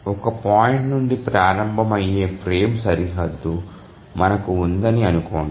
ఒక పాయింట్ నుండి ప్రారంభమయ్యే ఫ్రేమ్ సరిహద్దు మనకు ఉందని అనుకోండి